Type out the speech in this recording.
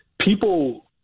People